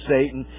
Satan